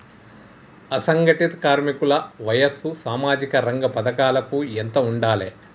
అసంఘటిత కార్మికుల వయసు సామాజిక రంగ పథకాలకు ఎంత ఉండాలే?